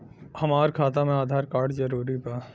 हमार खाता में आधार कार्ड जरूरी बा?